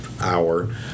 hour